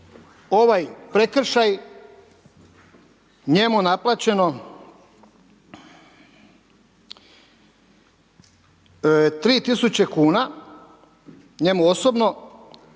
ovaj prekršaj njemu naplaćeno 3 tisuće kuna njemu osobno